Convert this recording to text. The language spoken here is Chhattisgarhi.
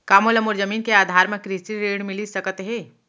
का मोला मोर जमीन के आधार म कृषि ऋण मिलिस सकत हे?